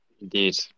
Indeed